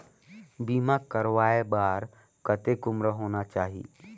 बीमा करवाय बार कतेक उम्र होना चाही?